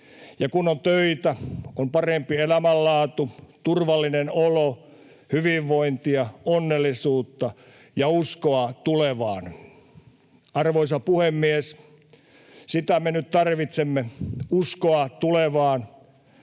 ja kun on töitä, on parempi elämänlaatu, turvallinen olo, hyvinvointia, onnellisuutta ja uskoa tulevaan. Arvoisa puhemies! Sitä me nyt tarvitsemme, uskoa tulevaan.